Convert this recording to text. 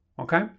Okay